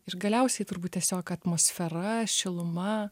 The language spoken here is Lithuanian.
ir galiausiai turbūt tiesiog atmosfera šiluma